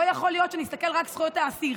לא יכול להיות שנסתכל רק על זכויות האסיר.